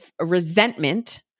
resentment